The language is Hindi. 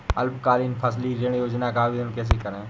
अल्पकालीन फसली ऋण योजना का आवेदन कैसे करें?